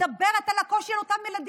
ומדברת על הקושי של אותם ילדים,